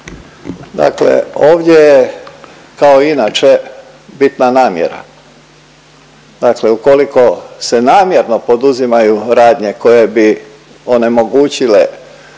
Dakle, ovdje je kao inače bitna namjera, dakle ukoliko se namjerno poduzimaju radnje koje bi onemogućile